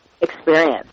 experience